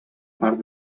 part